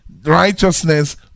Righteousness